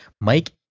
Mike